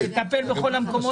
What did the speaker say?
לטפל בכל המקומות האלה.